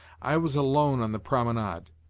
i was alone on the promenade